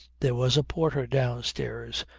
there was a porter downstairs,